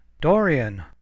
Dorian